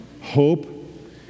hope